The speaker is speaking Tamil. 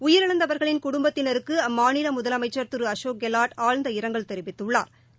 உயிரிழந்தவர்களின் குடும்பத்தினருக்கு அம்மாநில முதலமைச்சர் திரு அசோக் கெலாட் ஆழ்ந்த இரங்கல் தெரிவித்துள்ளாா்